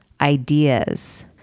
ideas